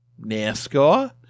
NASCAR